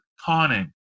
conning